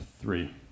three